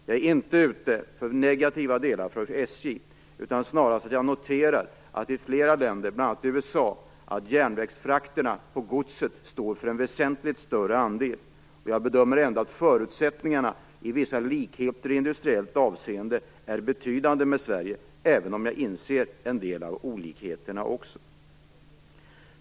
Jag är inte ute efter något negativt för SJ, utan jag noterar snarare att järnvägsfrakterna på godset i flera länder, bl.a. USA, står för en väsentligt större andel. Jag bedömer ändå att likheterna med Sverige i industriellt avseende är betydande när det gäller förutsättningarna, även om jag inser en del av olikheterna också.